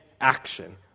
action